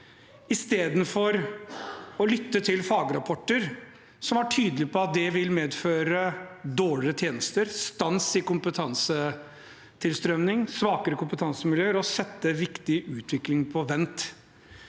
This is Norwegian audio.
i stedet for å lytte til fagrapporter som er tydelige på at det vil medføre dårligere tjenester, stans i kompetansetilstrømming, svakere kompetansemiljøer og å sette viktig utvikling på vent.